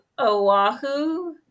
Oahu